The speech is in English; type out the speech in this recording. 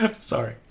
Sorry